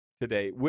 today